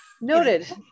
Noted